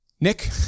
Nick